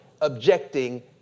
objecting